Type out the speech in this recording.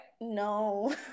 no